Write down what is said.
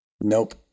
Nope